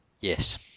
yes